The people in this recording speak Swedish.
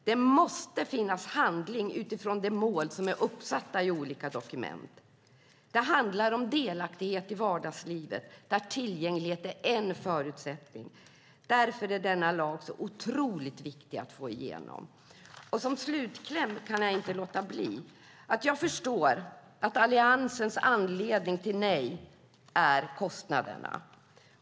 Det måste finnas handling utifrån de mål som är uppsatta i olika dokument. Det handlar om delaktighet i vardagslivet där tillgänglighet är en förutsättning. Därför är denna lag så otroligt viktig att få igenom. Som slutkläm kan jag inte låta bli att säga att jag förstår att anledningen till att Alliansen säger nej är kostnaderna.